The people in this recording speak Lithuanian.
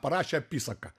parašė apysaką